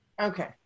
Okay